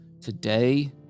today